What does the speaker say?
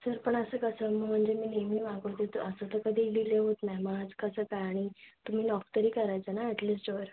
sir पण असं कसं मी म्हणजे मी नेहमी मागवते तर असं तर कधी डिले होत नाही मग आज कसं काय आणि तुम्ही नॉक तरी करायचं ना ॲटलिस्ट डोअर